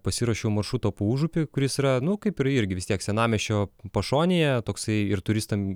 pasiruošiau maršrutą po užupį kuris yra nu kaip ir irgi vis tiek senamiesčio pašonėje toksai ir turistam